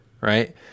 right